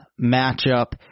matchup